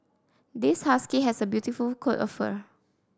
this husky has a beautiful coat of fur